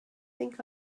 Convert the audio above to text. think